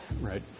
right